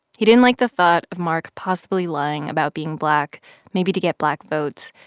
he didn't like the thought of mark possibly lying about being black maybe to get black votes.